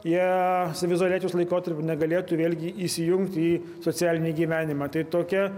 jie saviizoliacijos laikotarpiu negalėtų vėlgi įsijungti į socialinį gyvenimą tai tokia